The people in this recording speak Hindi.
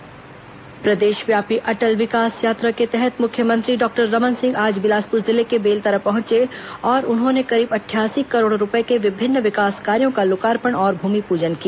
अटल विकास यात्रा प्रदेशव्यापी अटल विकास यात्रा के तहत मुख्यमंत्री डॉक्टर रमन सिंह आज बिलासपुर जिले के बेलतरा पहुंचे और उन्होंने करीब अठासी करोड़ रूपये के विभिन्न विकास कार्यो का लोकार्पण और भूमिपूजन किया